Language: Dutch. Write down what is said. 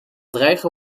dreigen